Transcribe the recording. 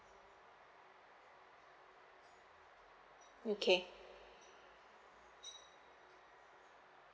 okay